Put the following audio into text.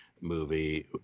movie